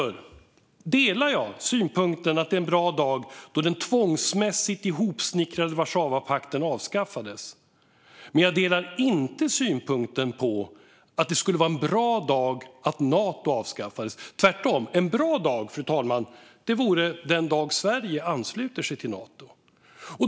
Jag delar därför synpunkten att det var en bra dag då den tvångsmässigt hopsnickrade Warszawapakten avskaffades. Men jag delar inte synpunkten att det skulle vara en bra dag om Nato också avskaffades - tvärtom. En bra dag vore den dag Sverige ansluter sig till Nato, fru talman.